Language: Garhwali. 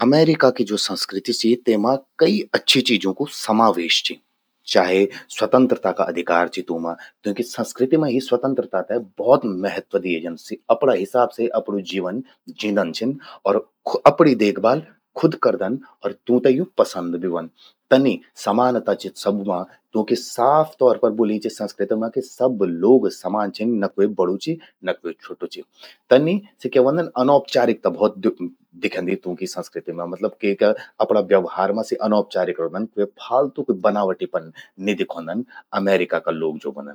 अमेरिका कि ज्वो संस्कृति चि तेमा कई अच्छि चीजूं कु समावेश चि। चाहे स्वतंत्रता का अधिकार चि तूंमा। तूंकि संस्कृति मां ही स्वतंत्रता ते बहुत महत्व दिए जंद। अपणा हिसाब से अपणू जीवन जींदन छिन और अपणि देखभाल खुद करदन अर तूंते यो पसंद भि व्हंद। तन्नि समानता चि सब्बू मां, तूंकि साफ तौर पर ब्वोल्यीं चि संस्कृति मां कि सब लोग समान छिन, न क्वे बड़ु चि, न क्वे छ्वोटु चि। तनि सि क्या व्हंदन अनौपचारिकता भौत दिख्यंदि तूंकि संस्कृति मां मतलब के का अपरा व्यवहार मां सि अनौपचारिक रौंदन, सि फालतू कु बनावटी पन नि दिखौंदन, अमेरिका का लोग ज्वो वंह्दन।